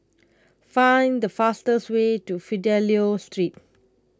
find the fastest way to Fidelio Street